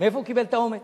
מאיפה הוא קיבל את האומץ.